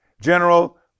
general